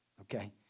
Okay